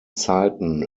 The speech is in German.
zeiten